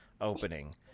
opening